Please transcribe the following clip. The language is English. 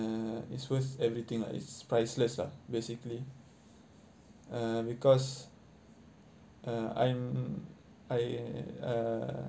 uh it's worth everything lah it's priceless lah basically uh because uh I'm I uh